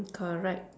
correct